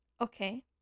Okay